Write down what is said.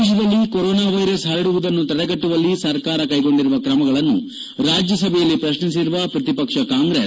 ದೇಶದಲ್ಲಿ corona virus ಪರಡುವುದನ್ನು ತಡೆಗಟ್ಟುವಲ್ಲಿ ಸರ್ಕಾರ ಕೈಗೊಂಡಿರುವ ತ್ರಮಗಳನ್ನು ರಾಜ್ಯಸಭೆಯಲ್ಲಿ ಪ್ರಶ್ನಿಸಿರುವ ಪ್ರತಿಪಕ್ಷ ಕಾಂಗ್ರೆಸ್